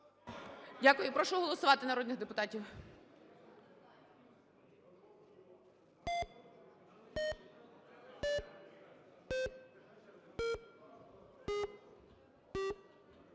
Дякую, прошу голосувати народних депутатів.